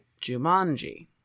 Jumanji